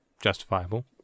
justifiable